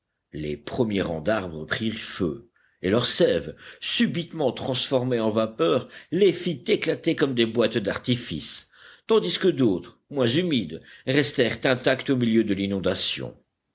les premiers rangs d'arbres prirent feu et leur sève subitement transformée en vapeur les fit éclater comme des boîtes d'artifice tandis que d'autres moins humides restèrent intacts au milieu de l'inondation